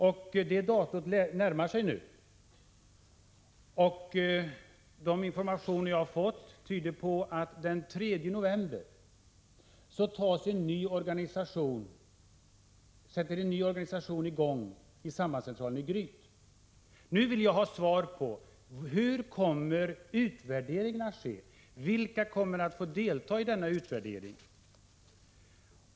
Vi närmar oss nu detta datum. De informationer jag har fått tyder på att en ny organisation vid sambandscentralen i Gryt träder i kraft den 3 november. Nu vill jag ha svar på följande frågor: Hur kommer utvärderingen av försöksverksamheten att ske? Vilka kommer att få delta i denna utvärdering?